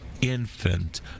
Infant